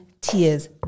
tears